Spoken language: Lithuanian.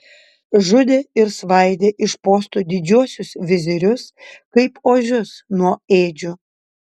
žudė ir svaidė iš postų didžiuosius vizirius kaip ožius nuo ėdžių